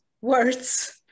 words